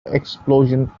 explosion